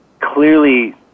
clearly